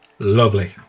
Lovely